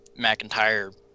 McIntyre